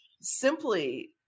simply